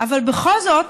אבל בכל זאת